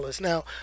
Now